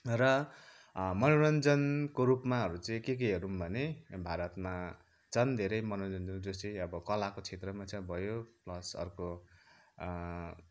र मनोरञ्जनको रूपमाहरू चाहिँ के केहरू भने भारतमा छन् धेरै मनोरञ्जन जो चाहिँ कलाको क्षेत्रमा भयो प्लस अर्को